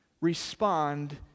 respond